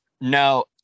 no